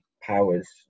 powers